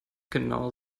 genau